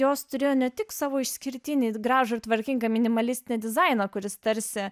jos turėjo ne tik savo išskirtinį gražų ir tvarkingą minimalistinį dizainą kuris tarsi